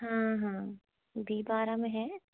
हाँ हाँ बी बारह में है